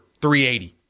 380